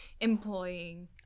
employing